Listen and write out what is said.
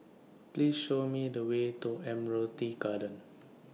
Please Show Me The Way to Admiralty Garden